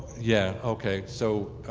yeah okay, so